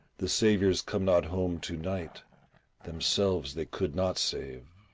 the saviours come not home to-night themselves they could not save.